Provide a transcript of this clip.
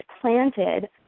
planted